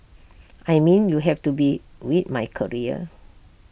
I mean you have to be with my career